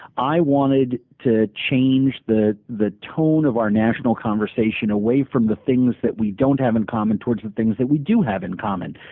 i wanted to change the the tone of our national conversation away from the things that we don't have in common toward the things that we do have in common.